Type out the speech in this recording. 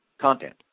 content